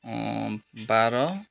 बाह्र